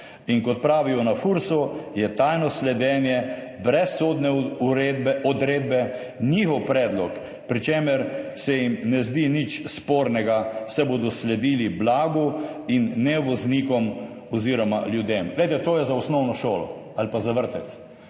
in kot pravijo na Fursu, je tajno sledenje brez sodne odredbe njihov predlog, pri čemer se jim ne zdi nič spornega, saj bodo sledili blagu in ne voznikom oziroma ljudem. Glejte, to je za osnovno šolo ali pa za vrtec.